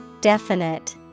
Definite